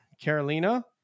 Carolina